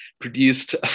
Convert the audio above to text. produced